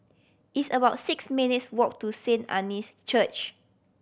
it's about six minutes' walk to Saint Anne's Church